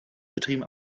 betrieben